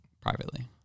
Privately